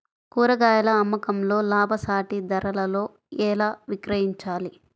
కూరగాయాల అమ్మకంలో లాభసాటి ధరలలో ఎలా విక్రయించాలి?